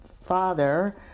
father